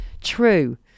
true